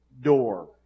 door